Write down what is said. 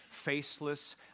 faceless